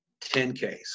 10Ks